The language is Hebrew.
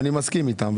ואני מסכים איתם.